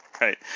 Right